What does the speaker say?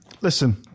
listen